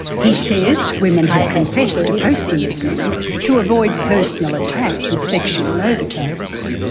he says women have confessed to posting as men to avoid personal attack with sexual overtones.